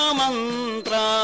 mantra